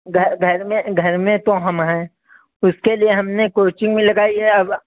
घ घर में घर में तो हम है उसके लिए हमने कोचिंग भी लगाई है अब